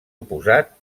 oposat